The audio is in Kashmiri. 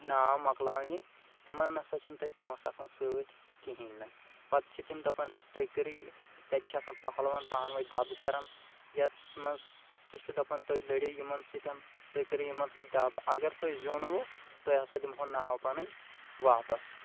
ناو مۅکلاونہِ تِمن نہَ سا چھُنہٕ تتہِ پونٛسہٕ آسان سٍتۍ کِہیٖنٛۍ نہٕ پتہٕ چھِ تِم دپان تُہۍ کٔرِو یہِ تتہِ چھِ آسان پہلوان پانہٕ وٲنۍ دَب کَران یَتھ منٛز سُہ چھُ دپان تُہۍ لٔڑِو یِمن سٍتۍ تُہۍ کٔرِو یِمن سٍتۍ دَب اَگر تُہۍ زیوٗنوِٕ تۅہہِ ہاسا دِمہو ناو پَنٕنۍ واپس